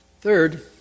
Third